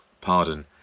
pardon